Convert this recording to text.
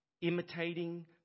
imitating